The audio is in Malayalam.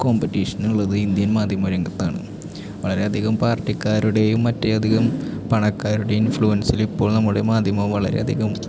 കോമ്പറ്റീഷൻ ഉള്ളത് ഇന്ത്യൻ മാധ്യമ രംഗത്താണ് വളരെയധികം പാർട്ടിക്കാരുടെയും മറ്റ് അധികം പണക്കാരുടെ ഇൻഫ്ലുവൻസിൽ ഇപ്പോൾ നമ്മുടെ മാധ്യമം വളരെയധികം